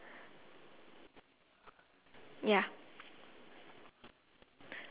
mm